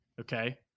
Okay